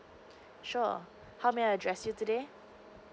sure how may I address you today